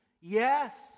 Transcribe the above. Yes